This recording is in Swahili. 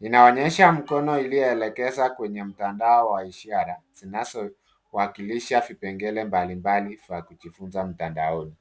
Inaonyesha mkono iliyoelekeza kwenye mtandao wa ishara zinazowakilisha vipengele mbalimbali vya kujifunza mtandaoni.